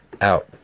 out